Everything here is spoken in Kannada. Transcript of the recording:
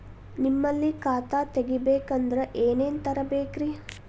ನಿಮ್ಮಲ್ಲಿ ಖಾತಾ ತೆಗಿಬೇಕಂದ್ರ ಏನೇನ ತರಬೇಕ್ರಿ?